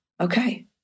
Okay